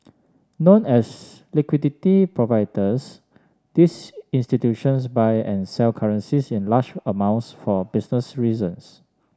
known as liquidity providers these institutions buy and sell currencies in large amounts for business reasons